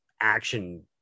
action